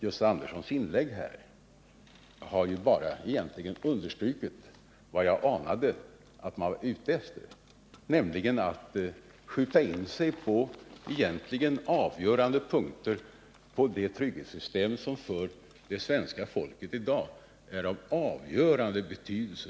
Gösta Anderssons inlägg har egentligen bara understrukit vad jag anade att man var ute efter, nämligen att skjuta in sig på avgörande punkter i det trygghetssystem som för det svenska folket i dag är av avgörande betydelse.